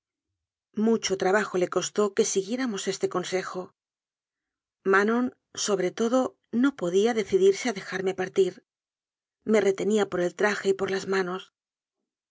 mucho trabajo le costó que siguié ramos este consejo manon sobre todo no podía decidirse a dejarme partir me retenía por el tra je y por las manos